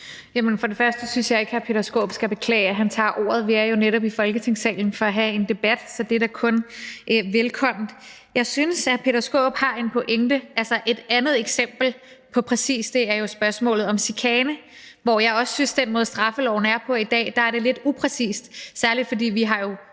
Jamen jeg synes ikke, at hr. Peter Skaarup skal beklage, at han tager ordet. Vi er jo netop i Folketingssalen for at have en debat, så det er da kun velkomment. Jeg synes, at hr. Peter Skaarup har en pointe. Altså, et andet eksempel på præcis det er jo spørgsmålet om chikane, hvor jeg også synes, at det med den måde, straffeloven er på i dag, er lidt upræcist – særlig fordi der jo